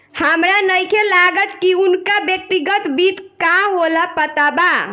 हामरा नइखे लागत की उनका व्यक्तिगत वित्त का होला पता बा